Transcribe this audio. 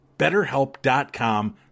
BetterHelp.com